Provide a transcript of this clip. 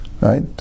right